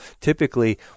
typically